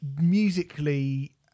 Musically